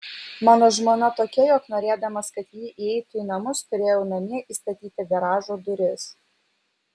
mano žmona tokia jog norėdamas kad ji įeitų į namus turėjau namie įstatyti garažo duris